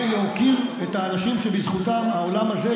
להוקיר את האנשים שבזכותם העולם הזה,